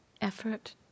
effort